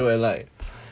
we're like